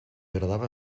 agradava